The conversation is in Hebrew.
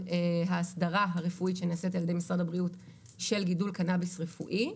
ההסדרה הרפואית שנעשית על-ידי משרד הבריאות של גידול קנביס רפואי,